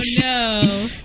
no